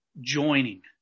joining